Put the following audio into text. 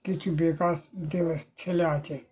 কিছু বেকার ছেলে আছে